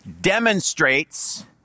demonstrates